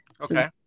Okay